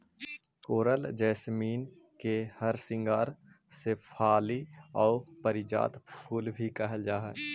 कोरल jasmine के हरसिंगार शेफाली आउ पारिजात फूल भी कहल जा हई